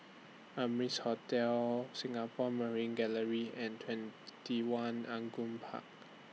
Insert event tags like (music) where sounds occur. Amrise Hotel Singapore Marine Gallery and TwentyOne (unintelligible) Park